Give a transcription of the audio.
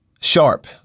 Sharp